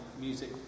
music